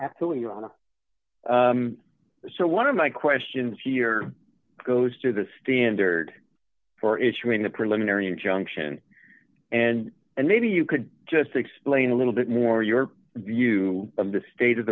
absolutely ana so one of my questions here goes to the standard for issuing the preliminary injunction and and maybe you could just explain a little bit more your view of the state of